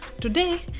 today